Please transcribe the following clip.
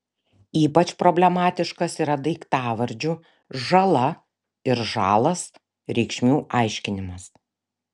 ypač problemiškas yra daiktavardžių žala ir žalas reikšmių aiškinimas